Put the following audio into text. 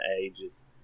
ages